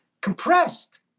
compressed